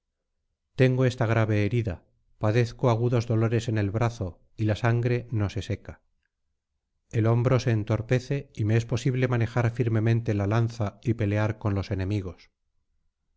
tengo esta grave herida padezco agudos dolores en el brazo y la sangre no se seca el hombro se entorpece y me es imposible manejar firmemente la lanza y pelear con los enemigos